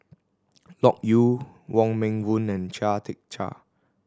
Loke Yew Wong Meng Voon and Chia Tee Chiak